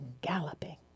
galloping